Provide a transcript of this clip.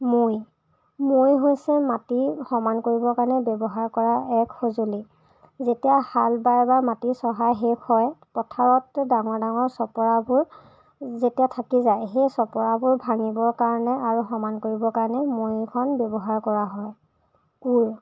মৈ মৈ হৈছে মাটি সমান কৰিবৰ কাৰণে ব্যৱহাৰ কৰা এক সঁজুলি যেতিয়া হাল বাই বা মাটি চহাই শেষ হয় পথাৰত ডাঙৰ ডাঙৰ চপৰাবোৰ যেতিয়া থাকি যায় সেই চপৰাবোৰ ভাঙিবৰ কাৰণে আৰু সমান কৰিবৰ কাৰণে মৈখন ব্যৱহাৰ কৰা হয় কোৰ